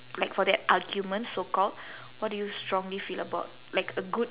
like for that argument so called what do you strongly feel about like a good